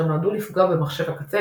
אשר נועדו לפגוע במחשב הקצה,